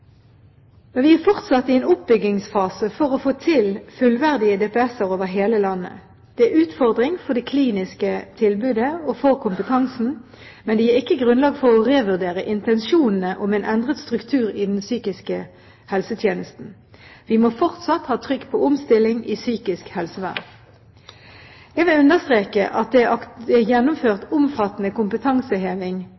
områder. Vi er fortsatt i en oppbyggingsfase for å få til fullverdige DPS-er over hele landet. Det er en utfordring for det kliniske tilbudet og for kompetansen, men det gir ikke grunnlag for å revurdere intensjonene om en endret struktur i den psykiske helsetjenesten. Vi må fortsatt ha trykk på omstilling i psykisk helsevern. Jeg vil understreke at det er gjennomført omfattende kompetanseheving innenfor psykisk helsevern under opptrappingsplanen og etterpå. Det er